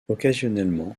occasionnellement